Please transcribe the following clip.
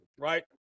right